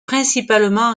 principalement